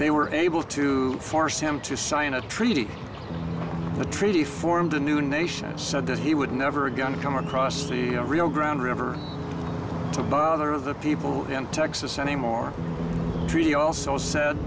they were able to force him to sign a treaty the treaty formed a new nation said that he would never again come across the rio grande river to bother of the people in texas any more tree he also said